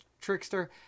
trickster